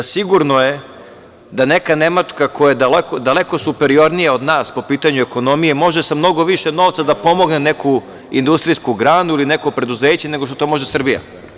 Sigurno je da neka Nemačka, koja je daleko superiornija od nas po pitanju ekonomije, može sa mnogo više novca da pomogne neku industrijsku granu ili neko preduzeće nego što to može Srbija.